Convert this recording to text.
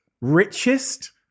richest